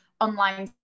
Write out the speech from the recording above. online